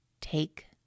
Take